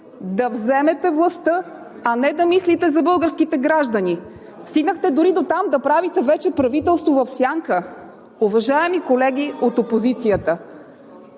да вземете властта, а не да мислите за българските граждани! Стигнахте дори дотам да правите вече правителство в сянка. Уважаеми колеги от опозицията,